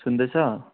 सुन्दैछ